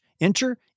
Enter